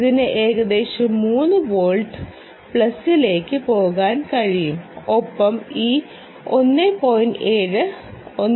ഇതിന് ഏകദേശം 3 വോൾട്ട് പ്ലസിലേക്ക് പോകാൻ കഴിയും ഒപ്പം ഈ 1